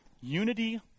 unity